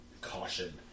caution